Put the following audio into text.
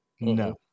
No